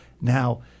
Now